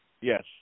yes